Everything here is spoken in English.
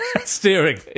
steering